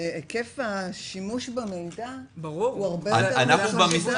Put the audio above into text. היקף השימוש במידע יהיה גדול הרבה יותר,